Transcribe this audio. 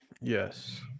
Yes